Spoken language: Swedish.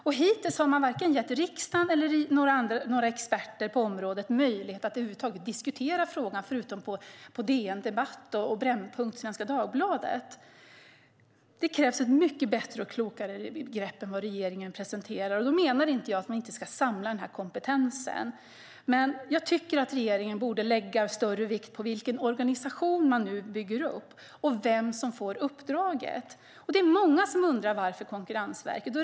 Och hittills har man varken gett riksdagen eller några experter på området möjlighet att över huvud taget diskutera frågan, förutom på DN Debatt och på Svenska Dagbladets Brännpunktsida. Det krävs ett mycket bättre och klokare grepp än det som regeringen presenterar. Då menar jag inte att man inte ska samla kompetensen, men regeringen borde lägga större vikt vid vad det är för organisation man nu bygger upp och vem som får uppdraget. Det är många som undrar varför just Konkurrensverket.